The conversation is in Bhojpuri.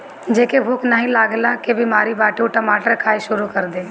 जेके भूख नाही लागला के बेमारी बाटे उ टमाटर खाए शुरू कर दे